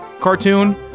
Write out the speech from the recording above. cartoon